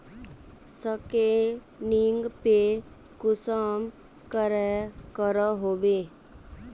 Scanning पे कुंसम करे करो होबे?